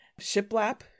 shiplap